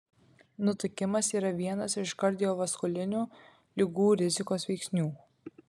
nutukimas yra vienas iš kardiovaskulinių ligų rizikos veiksnių